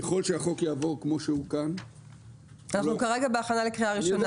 ככל שהחוק יעבור כמו שהוא כאן --- אנחנו כרגע בהכנה לקריאה ראשונה,